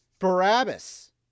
Barabbas